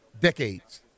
decades